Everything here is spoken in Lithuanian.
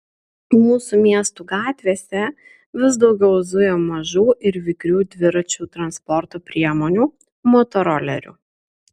mūsų miestų gatvėse vis daugiau zuja mažų ir vikrių dviračių transporto priemonių motorolerių